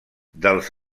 dels